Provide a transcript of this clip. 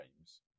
games